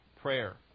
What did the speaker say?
prayer